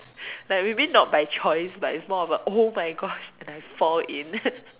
like maybe not by choice but it's more about !oh-my-gosh! and I fall in